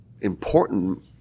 important